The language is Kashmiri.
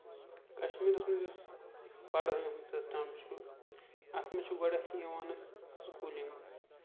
کَشمیٖرَس منٛز یُس پَڑٲے ہُند سِسٹم چھُ اَتھ منٛز چھُ گۄڈٕنیٹھٕے یِوان أسہِ سکوٗلِنگ